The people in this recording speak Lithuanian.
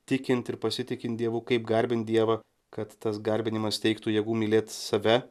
tikint ir pasitikint dievu kaip garbint dievą kad tas garbinimas teiktų jėgų mylėt save